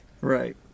right